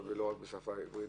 לא רק בשפה העברית,